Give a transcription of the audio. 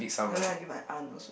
oh then I give my aunt also